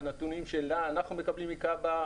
מהנתונים שאנחנו מקבלים מכב"א,